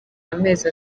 amezi